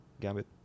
gambit